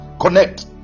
Connect